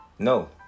No